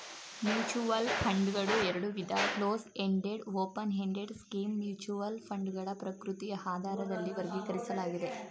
mutual ಫಂಡ್ಗಳು ಎರಡುವಿಧ close ended open ended scheme mutual ಫಂಡ್ಗಳ ಪ್ರಕೃತಿಯ ಆಧಾರದಲ್ಲಿ ವರ್ಗೀಕರಿಸಲಾಗಿದೆ